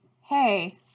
Hey